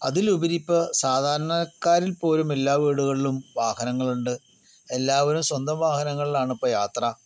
അതിലുപരി ഇപ്പം സാധാരണക്കാരിൽ പോലും എല്ലാ വീടുകളിലും വാഹനങ്ങളുണ്ട് എല്ലാവരും സ്വന്തം വാഹനങ്ങളിലാണിപ്പം യാത്ര